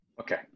Okay